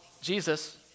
Jesus